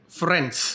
friends